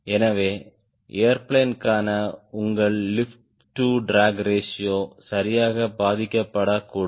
எனவே ஏர்பிளேன்ற்கான உங்கள் லிப்ட் டு ட்ராக் ரேஷியோ சரியாக பாதிக்கப்படக்கூடும்